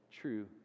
true